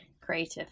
creative